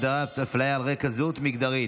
הגדת הפליה על רקע זהות מגדרית,